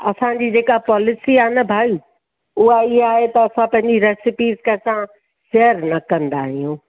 असांजी जेका पॉलिसी आहे न भाई उहा इहा आहे त असां पंहिंजी रेसिपीज़ कंहिं सां शेयर न कंदा आहियूं